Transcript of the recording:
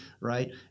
right